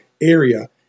area